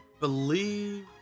believe